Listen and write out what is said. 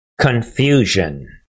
confusion